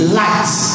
lights